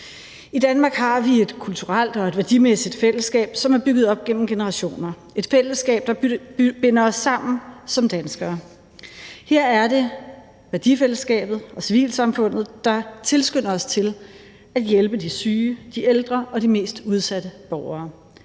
I Danmark har vi et kulturelt og værdimæssigt fællesskab, som er bygget op igennem generationer – et fællesskab, der binder os sammen som danskere. Her er det værdifællesskabet og civilsamfundet, der tilskynder os til at hjælpe de syge, de ældre og de mest udsatte borgere;